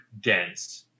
dense